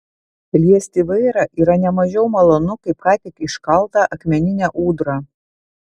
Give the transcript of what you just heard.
liesti vairą yra ne mažiau malonu kaip ką tik iškaltą akmeninę ūdrą